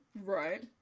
Right